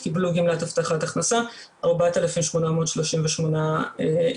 קיבלו גמלת הבטחת הכנסה 4,838 איש,